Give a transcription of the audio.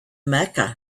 mecca